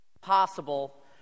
possible